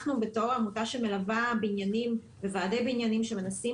אנחנו בתור עמותה שמלווה בניינים וועדי בניינים שמנסים